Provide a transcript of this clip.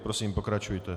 Prosím, pokračujte.